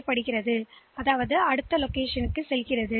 எனவே அது அடுத்த இடத்திற்கு செல்கிறது